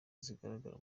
zigaragara